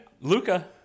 Luca